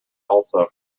also